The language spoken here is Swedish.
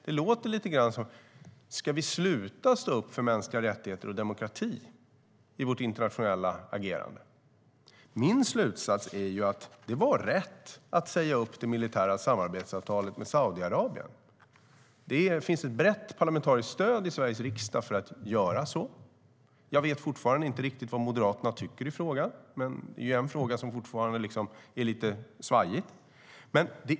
Det låter lite grann som att vi ska sluta stå upp för mänskliga rättigheter och demokrati i vårt internationella agerande. Min slutsats är att det var rätt att säga upp det militära samarbetsavtalet med Saudiarabien. Det finns ett brett parlamentariskt stöd i Sveriges riksdag för att göra så. Jag vet fortfarande inte riktigt vad Moderaterna tycker i frågan; det är fortfarande liksom lite svajigt.